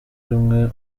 rumwe